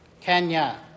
Kenya